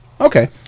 Okay